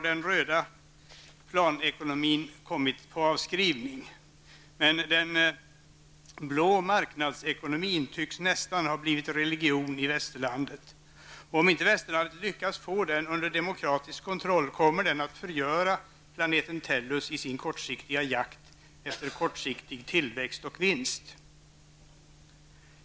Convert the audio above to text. Den röda planekonomin är lyckligtvis på avskrivning, men den blå marknadsekonomin tycks nästan ha blivit religion i västerlandet. Om inte västerlandet lyckas få den under demokratisk kontroll kommer den att förgöra planeten Tellus i sin kortsiktiga jakt efter kortsiktig tillväxt och vinst.